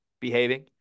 behaving